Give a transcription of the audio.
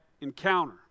encounter